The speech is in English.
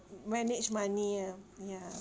manage money ah ya